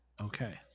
Okay